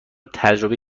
تجربه